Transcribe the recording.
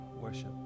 Worship